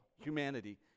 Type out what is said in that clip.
humanity